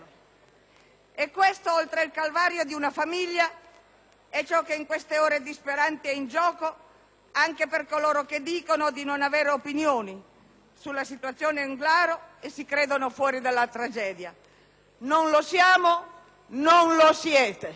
E questo, oltre il calvario di una famiglia, è ciò che in queste ore disperanti è in gioco anche per coloro che dicono di non avere opinioni sulla situazione Englaro e si credono fuori dalla tragedia. Non lo siamo. Non lo siete.